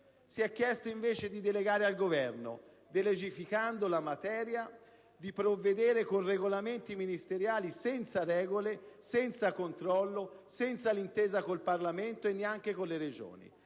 Si è chiesto invece di delegare al Governo, delegificando la materia, di provvedere con regolamenti ministeriali senza regole, senza controllo, senza l'intesa con il Parlamento e neanche con le Regioni.